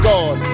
God